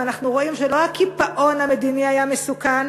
אנחנו רואים שלא הקיפאון המדיני היה מסוכן,